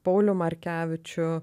paulių markevičių